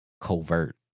covert